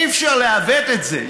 אי-אפשר לעוות את זה.